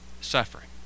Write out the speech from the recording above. suffering